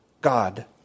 God